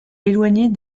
éloignés